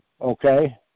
okay